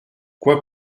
quoi